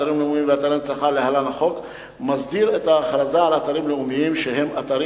אתרים לאומיים ואתרי הנצחה מסדיר את ההכרזה על אתרים לאומיים שהם אתרים